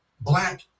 black